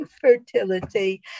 fertility